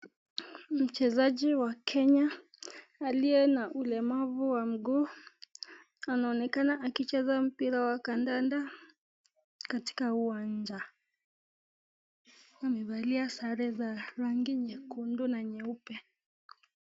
Mchezaji wa Kenya aliye na ulemavu wa mguu, anaonekana akicheza mpira wa kandanda katika uwanja. Amevalia sare za rangi nyekundu na nyeupe.